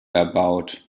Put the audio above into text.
erbaut